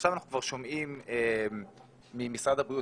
עכשיו אנחנו שומעים כבר ממשרד הבריאות